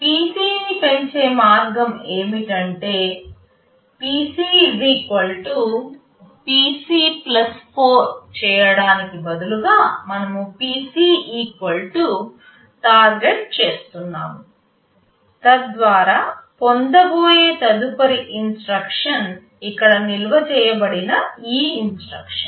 PCని పెంచే మార్గం ఏమిటంటే PC PC 4 చేయడానికి బదులుగా మనం PC టార్గెట్ చేస్తున్నాం తద్వారా పొందబోయే తదుపరి ఇన్స్ట్రక్షన్ ఇక్కడ నిల్వ చేయబడిన ఈ ఇన్స్ట్రక్షన్